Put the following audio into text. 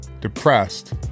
depressed